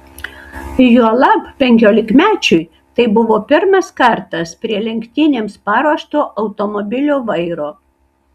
juolab penkiolikmečiui tai buvo pirmas kartas prie lenktynėms paruošto automobilio vairo